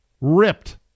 ripped